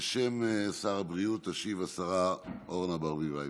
בשם שר הבריאות תשיב השרה אורנה ברביבאי.